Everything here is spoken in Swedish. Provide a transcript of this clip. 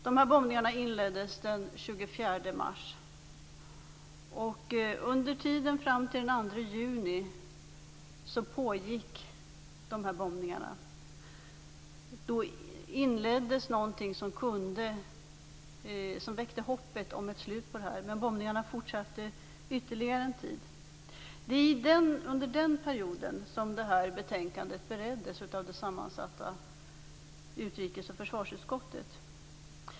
De här bombningarna inleddes den 24 mars och pågick under tiden fram till den 2 juni. Då inleddes någonting som väckte hoppet om ett slut på detta. Men bombningarna fortsatte ytterligare en tid. Under den här perioden bereddes det här betänkandet av det sammansatta utrikes och försvarsutskottet.